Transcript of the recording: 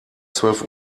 zwölf